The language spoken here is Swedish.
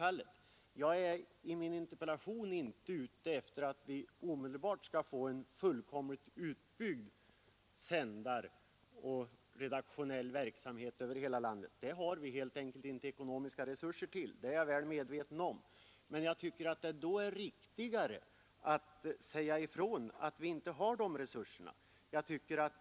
Jag syftar med min interpellation inte till att vi omedelbart skall få en fullständig utbyggnad av sändarverksamheten och av redaktionerna över hela landet. Jag är väl medveten om att vi helt enkelt inte har ekonomiska resurser till det. Men jag tycker att det då är riktigare att säga ifrån att vi inte har dessa resurser.